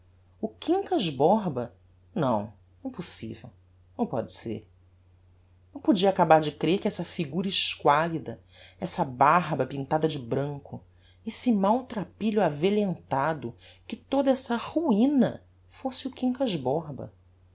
o quincas borba não impossível não pode ser não podia acabar de crer que essa figura esqualida essa barba pintada de branco esse maltrapilho avelhentado que toda essa ruina fosse o quincas borba